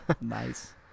Nice